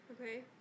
Okay